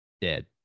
dead